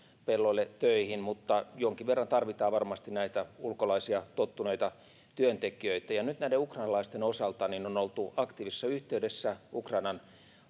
pelloille töihin mutta jonkin verran tarvitaan varmasti näitä ulkolaisia tottuneita työntekijöitä nyt näiden ukrainalaisten osalta on oltu aktiivisessa yhteydessä ukrainan